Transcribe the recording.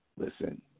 listen